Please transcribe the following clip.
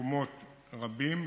למקומות רבים.